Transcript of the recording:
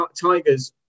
tigers